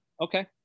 okay